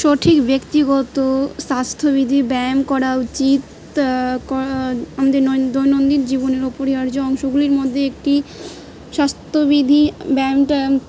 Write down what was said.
সঠিক ব্যক্তিগত স্বাস্থ্যবিধি ব্যায়াম করা উচিত আমাদেরন দৈনন্দিন জীবনের অপরিহার্য অংশগুলির মধ্যে একটি স্বাস্থ্যবিধি ব্যায়ামটা